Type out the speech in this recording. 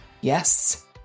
yes